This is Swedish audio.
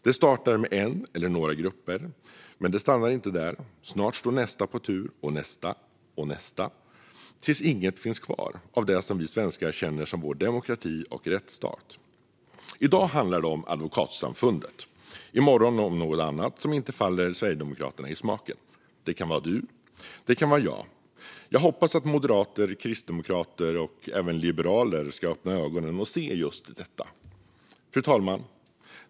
Det startar med en eller några grupper, men det stannar inte där. Snart står nästa på tur, och nästa, och nästa, tills inget finns kvar av det som vi svenskar känner som vår demokrati och rättsstat. I dag handlar det om Advokatsamfundet och i morgon om något annat som inte faller Sverigedemokraterna i smaken. Det kan vara du. Det kan vara jag. Jag hoppas att moderater, kristdemokrater och även liberaler öppnar sina ögon och ser detta. Fru talman!